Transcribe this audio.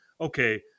okay